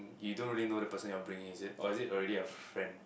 you don't really know the person you are bring in is it or is it already a friend